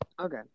Okay